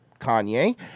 Kanye